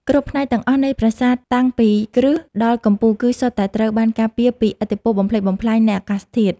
គ្រប់ផ្នែកទាំងអស់នៃប្រាសាទតាំងពីគ្រឹះដល់កំពូលគឺសុទ្ធតែត្រូវបានការពារពីឥទ្ធិពលបំផ្លិចបំផ្លាញនៃអាកាសធាតុ។